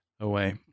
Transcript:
away